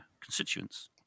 constituents